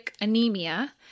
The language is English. anemia